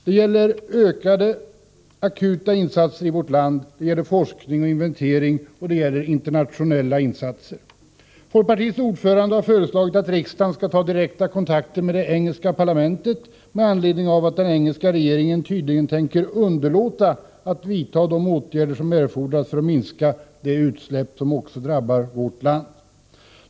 Det gäller ökade akuta insatser i vårt land, det gäller forskning och inventering samt internationella insatser. Folkpartiets ordförande har föreslagit att riksdagen skall ta direkta kontakter med det engelska parlamentet med anledning av att den engelska regeringen tydligen tänker underlåta att vidta de åtgärder som erfordras för att minska det utsläpp som också drabbar vårt land.